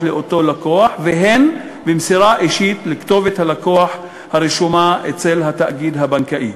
לאותו לקוח והן במסירה אישית לכתובת הלקוח הרשומה אצל התאגיד הבנקאי.